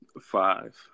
Five